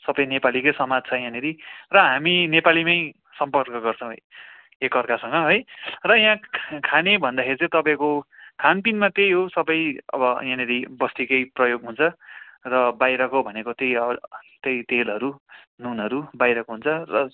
सबै नेपालीकै समाज छ यहाँनिर र हामी नेपालीमै सम्पर्क गर्छौँ एकअर्कासँग है र यहाँ खा खाने भन्दाखेरि चाहिँ तपाईँको खानपिनमा त्यही हो सबै अब यहाँनिर बस्तीकै प्रयोग हुन्छ र बाहिरको भनेको त्यही त्यही तेलहरू नुनहरू बाहिरको हुन्छ र